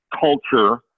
culture